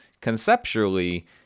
conceptually